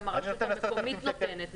גם הרשות המקומית נותנת,